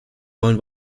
wollen